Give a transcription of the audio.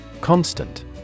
Constant